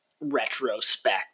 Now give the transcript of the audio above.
retrospect